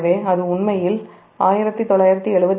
எனவே அது உண்மையில் 1974